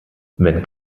wenn